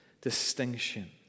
distinction